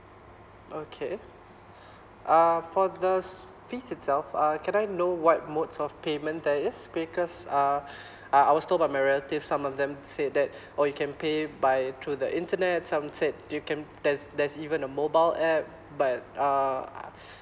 okay um for the s~ fees itself uh can I know what modes of payment there is because uh uh I was told by my relative some of them say that oh you can pay by through the internet some said you can there's there's even a mobile app but uh